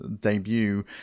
debut